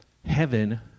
Heaven